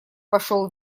пошел